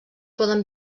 poden